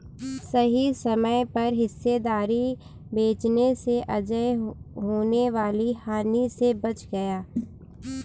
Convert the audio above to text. सही समय पर हिस्सेदारी बेचने से अजय होने वाली हानि से बच गया